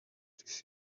this